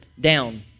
down